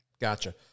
Gotcha